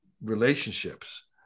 relationships